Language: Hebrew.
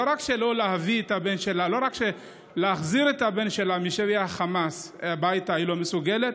לא רק להחזיר את הבן שלה משבי החמאס הביתה היא לא מסוגלת,